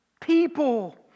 people